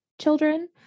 children